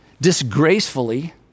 disgracefully